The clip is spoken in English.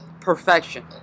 perfection